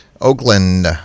Oakland